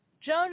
Joan